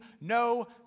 no